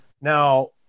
Now